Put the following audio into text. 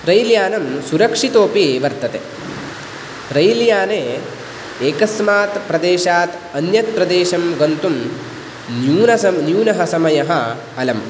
rail यानं सुरक्षितोपि वर्तते रैल् याने एकस्मात् प्रदेशात् अन्यप्रदेशं गन्तुं न्यूनस न्यूनः समयः अलम्